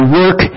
work